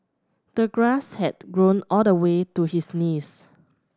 the grass had grown all the way to his knees